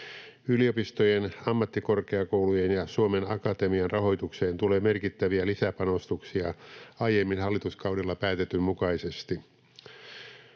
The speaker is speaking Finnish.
Yliopistojen, ammattikorkeakoulujen ja Suomen Akatemian rahoitukseen tulee merkittäviä lisäpanostuksia aiemmin hallituskaudella päätetyn mukaisesti.